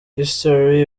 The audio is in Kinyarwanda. history